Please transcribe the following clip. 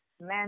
men